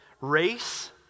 Race